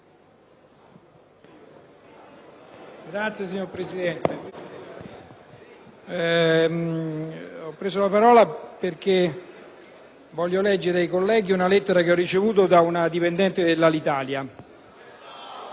*(IdV)*. Signor Presidente, ho preso la parola perché voglio leggere ai colleghi una lettera che ho ricevuto da una dipendente dell'Alitalia,